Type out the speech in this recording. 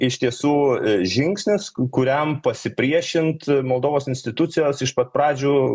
iš tiesų žingsnis kuriam pasipriešint moldovos institucijos iš pat pradžių